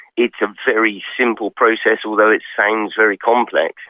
it's a very simple process, although it sounds very complex.